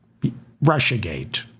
russiagate